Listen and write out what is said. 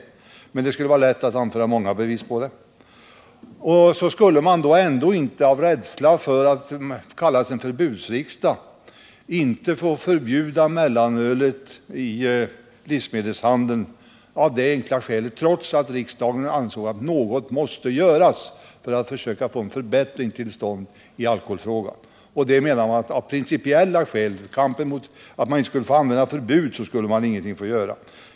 Trots att riksdagen insåg att något måste göras skulle man alltså ändå inte av rädsla för att riksdagen skulle komma att kallas förbudsriksdag våga förbjuda mellanölet i livsmedelshandeln för att försöka få en förbättring till stånd i alkoholfrågan. Av rädsla för att tillgripa förbud skulle riksdagen alltså ingenting göra.